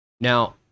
Now